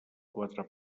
quatre